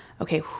okay